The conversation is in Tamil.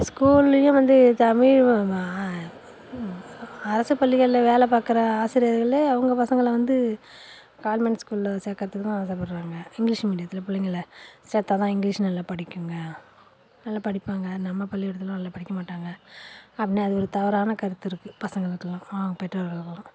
ஸ்கூல்லையும் வந்து தமிழ் வ வா அரசு பள்ளிகள்ல வேலை பார்க்கற ஆசிரியர்களே அவங்க பசங்களை வந்து கான்வென்ட் ஸ்கூல்ல சேர்க்கறத்துக்கு தான் ஆசைப்பட்றாங்க இங்கிலிஷ் மீடியத்தில் பிள்ளைங்களை சேர்த்தா தான் இங்கிலிஷ் நல்லா படிக்குதுங்க நல்லா படிப்பாங்க நம்ம பள்ளிக்கூடத்தில் நல்லா படிக்க மாட்டாங்க அப்புடின்னு அது ஒரு தவறான கருத்து இருக்குது பசங்களுக்கெலாம் ஆ பெற்றோர்களுக்கெலாம்